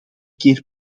keer